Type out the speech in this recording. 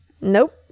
nope